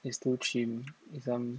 it's too chim it's some